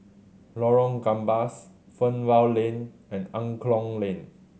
Lorong Gambas Fernvale Lane and Angklong Lane